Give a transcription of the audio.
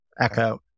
echo